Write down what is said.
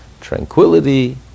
Tranquility